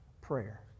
prayer